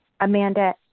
Amanda